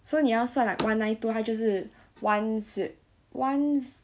so 你要算 like one nine two 他就是 one ze~ one ze~